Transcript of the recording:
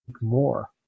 more